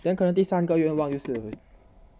then 可能第三个愿望就是